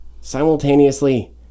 simultaneously